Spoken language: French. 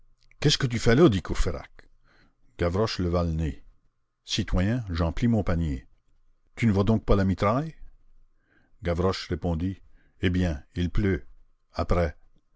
qu'est-ce que tu fais là dit courfeyrac gavroche leva le nez citoyen j'emplis mon panier tu ne vois donc pas la mitraille gavroche répondit eh bien il pleut après